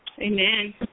Amen